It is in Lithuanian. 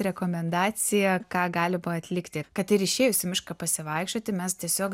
rekomendacija ką gali atlikti kad ir išėjus į mišką pasivaikščioti mes tiesiog